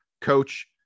Coach